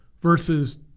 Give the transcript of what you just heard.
versus